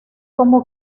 como